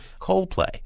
coldplay